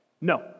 No